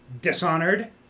Dishonored